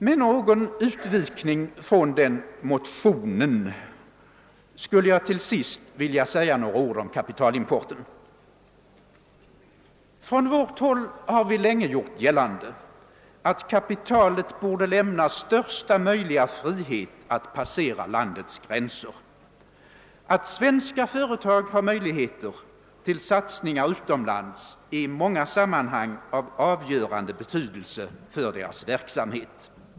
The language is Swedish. Med någon utvikning från den motionen skulle jag till sist vilja säga några ord om kapitalimporten. Från vårt håll har vi länge gjort gällande att kapitalet borde lämnas största möjliga frihet att passera landets gränser. Att svenska företag har möjligheter till satsningar utomlands är i många sammanhang av avgörande betydelse för deras verksamhet.